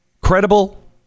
credible